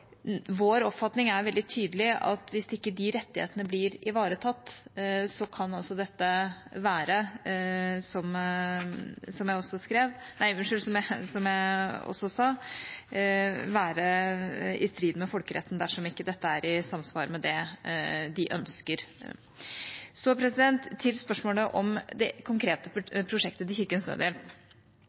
Vår oppfatning er veldig tydelig at hvis ikke de rettighetene blir ivaretatt, kan dette – som jeg også sa – være i strid med folkeretten dersom dette ikke er i samsvar med det de ønsker. Til spørsmålet om det konkrete prosjektet til Kirkens Nødhjelp: